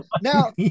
now